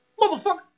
Motherfucker